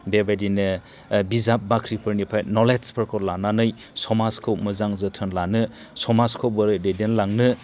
बेबायदिनो बिजाब बाख्रिफोरनिफ्राय नलेजफोरखौ लानानै समाजखौ मोजां जोथोन लानो समाजखौ बोरै दैदेनलांनो